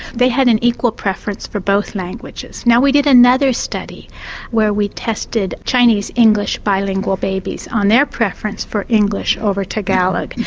they had an equal preference for both languages. now we did another study where we tested chinese english bilingual babies on their preference for english over tagalog,